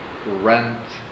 rent